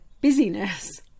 busyness